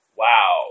wow